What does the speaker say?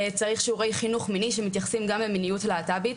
צריך שיעורי חינוך מיני שמתייחסים גם למיניות להט"בית,